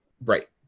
right